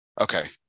Okay